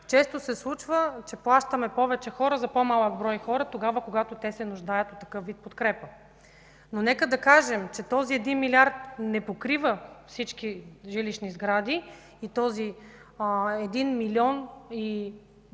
често се случва, че плащаме повече хора за по-малък брой хора тогава, когато те се нуждаят от такъв вид подкрепа. Но нека да кажем, че този един милиард не покрива всички жилищни сгради и тези един милион и